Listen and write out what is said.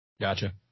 Gotcha